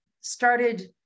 started